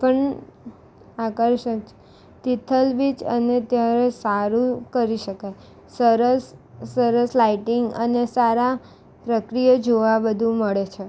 પણ આકર્ષક છે તિથલ બીચ અને ત્યારે સારું કરી શકાય સરસ સરસ લાઇટિંગ અને સારા પ્રક્રિયા જોવા બધું મળે છે